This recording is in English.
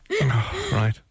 Right